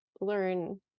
learn